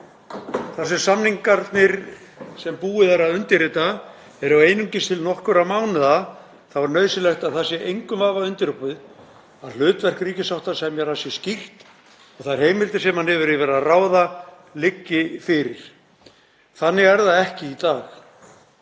sem samningarnir sem búið er að undirrita eru einungis til nokkurra mánaða er nauðsynlegt að það sé engum vafa undirorpið að hlutverk ríkissáttasemjara sé skýrt og þær heimildir sem hann hefur yfir að ráða liggi fyrir. Þannig er það ekki í dag.